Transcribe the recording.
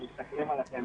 הם מסתכלים עליכם